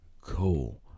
cool